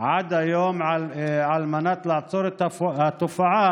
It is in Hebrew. עד היום לעצור את התופעה